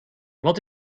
wat